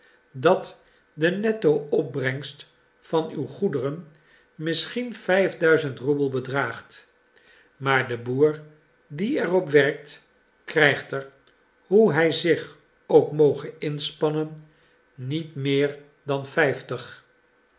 dat de netto opbrengst van uw goederen misschien vijfduizend roebel bedraagt maar de boer die er op werkt krijgt er hoe hij zich ook moge inspannen niet meer dan vijftig